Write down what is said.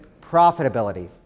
profitability